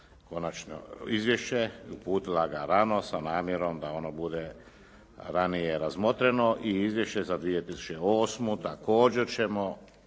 konačno izvješće i uputila ga rano sa namjerom da ono bude ranije razmotreno i izvješće za 2008. također ćemo